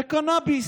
בקנביס.